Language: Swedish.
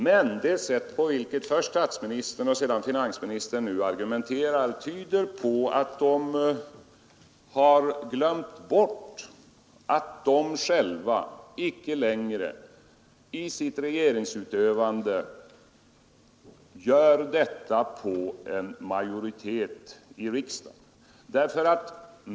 Men det sätt på vilket först statsministern och sedan finansministern nu argumenterar tyder på att de har glömt bort, att de själva inte längre regerar på en majoritet i riksdagen.